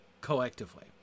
collectively